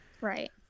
Right